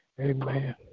Amen